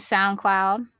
SoundCloud